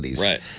right